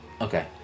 Okay